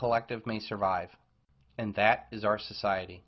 collective may survive and that is our society